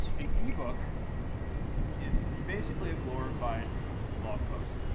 an ebook is basically a glorified blog post.